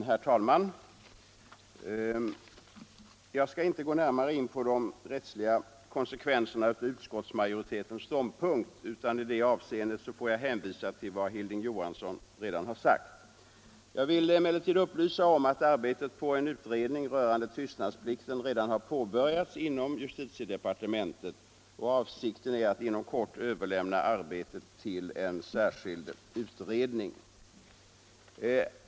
Herr talman! Jag skall inte närmare gå in på de rättsliga konsekvenserna av utskottsmajoritetens ståndpunkt. I det avseendet får jag hänvisa till vad Hilding Johansson redan har sagt. Jag vill emellertid upplysa om att arbetet på en utredning rörande tystnadsplikten redan har påbörjats inom justitiedepartementet. Avsikten är att inom kort överlämna arbetet till en särskild utredning.